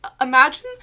imagine